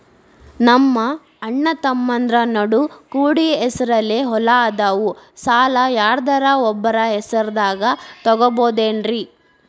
ನಮ್ಮಅಣ್ಣತಮ್ಮಂದ್ರ ನಡು ಕೂಡಿ ಹೆಸರಲೆ ಹೊಲಾ ಅದಾವು, ಸಾಲ ಯಾರ್ದರ ಒಬ್ಬರ ಹೆಸರದಾಗ ತಗೋಬೋದೇನ್ರಿ?